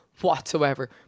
whatsoever